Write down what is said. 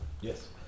yes